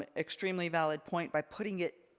ah extremely valid point by putting it,